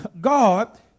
God